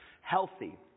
healthy